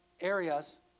areas